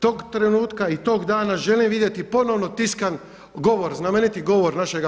Tog trenutka i tog dana želim vidjeti ponovno tiskan govor, znamenit govor našega